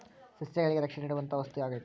ಸಸ್ಯಗಳಿಗೆ ರಕ್ಷಣೆ ನೇಡುವಂತಾ ವಸ್ತು ಆಗೇತಿ